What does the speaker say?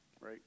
right